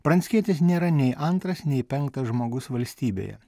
pranckietis nėra nei antras nei penktas žmogus valstybėje